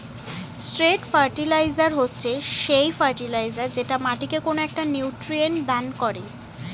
straight fertilizer হচ্ছে সেই fertilizer যেটা মাটিকে কোনো একটা নিউট্রিয়েন্ট দান করে